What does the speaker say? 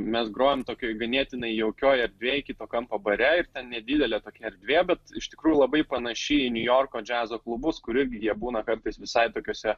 mes grojom tokioj ganėtinai jaukioj erdvėj kito kampo bare ir ten nedidelė tokia erdvė bet iš tikrųjų labai panaši į niujorko džiazo klubus kur irgi jie būna kartais visai tokiuose